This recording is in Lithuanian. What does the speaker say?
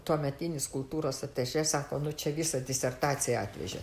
tuometinis kultūros atašė sako nu čia visą disertaciją atvežėt